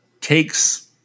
takes